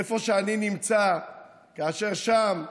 איפה שאני נמצא, כאשר שם,